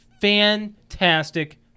fantastic